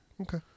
Okay